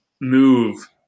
move